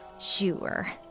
Sure